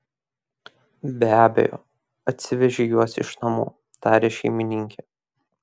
be abejo atsivežei juos iš namų taria šeimininkė